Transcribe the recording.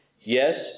Yes